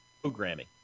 programming